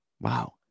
Wow